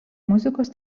muzikos